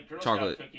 chocolate